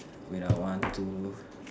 wait ah one two